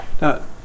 Now